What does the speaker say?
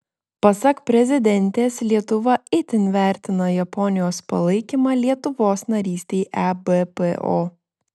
pasak prezidentės lietuva itin vertina japonijos palaikymą lietuvos narystei ebpo